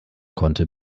konnte